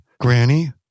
Granny